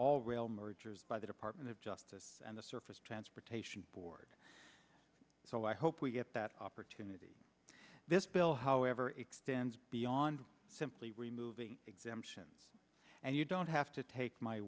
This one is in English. all rail mergers by the department of justice and the surface transportation board so i hope we get that opportunity this bill however extends beyond simply removing exemptions and you don't have to take my